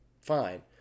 fine